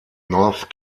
north